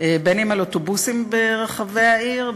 אם באוטובוסים ברחבי העיר,